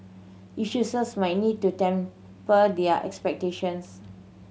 issuers might need to temper their expectations